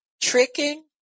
tricking